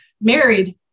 married